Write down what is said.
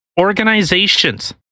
Organizations